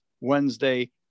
Wednesday